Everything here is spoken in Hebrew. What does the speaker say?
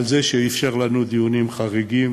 על זה שאפשר לנו דיונים חריגים,